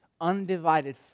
undivided